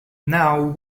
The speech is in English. now